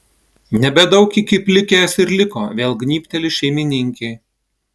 nebedaug iki plikės ir liko vėl gnybteli šeimininkė